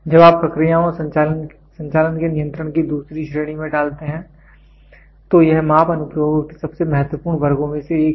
जब आप प्रक्रियाओं और संचालन के नियंत्रण की दूसरी श्रेणी में डालते हैं तो यह माप अनुप्रयोगों के सबसे महत्वपूर्ण वर्गों में से एक है